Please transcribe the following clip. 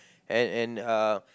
and and uh